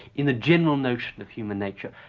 in a general notion of human nature,